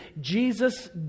Jesus